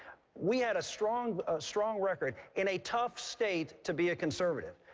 we had a strong a strong record in a tough state to be a conservative.